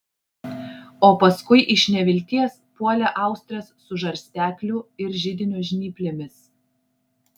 o paskui iš nevilties puolė austres su žarstekliu ir židinio žnyplėmis